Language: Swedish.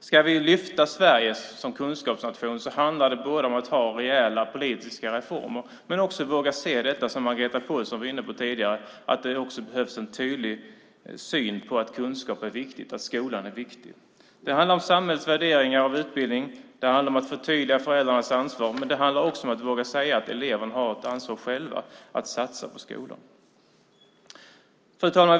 Ska vi lyfta Sverige som kunskapsnation handlar det om att ha rejäla politiska reformer men också om att våga se det som Margareta Pålsson var inne på tidigare, nämligen att det behövs en tydlighet i synen på att kunskap är viktig och att skolan är viktig. Det handlar om samhällets värdering av utbildning, och det handlar om att förtydliga föräldrarnas ansvar. Men det handlar också om att våga säga att eleverna själva har ett ansvar att satsa på skolan. Fru talman!